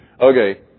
Okay